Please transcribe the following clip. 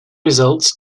results